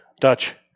Dutch